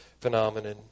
Phenomenon